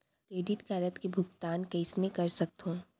Credit card के भुगतान कइसने कर सकथो?